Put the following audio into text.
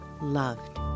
loved